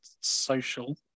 social